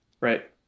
right